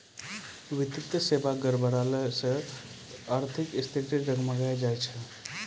वित्तीय सेबा गड़बड़ैला से आर्थिक स्थिति डगमगाय जाय छै